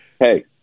hey